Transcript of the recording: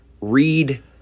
read